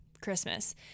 Christmas